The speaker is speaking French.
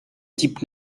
type